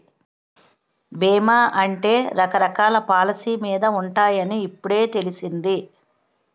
బీమా అంటే రకరకాల పాలసీ మీద ఉంటాయని ఇప్పుడే తెలిసింది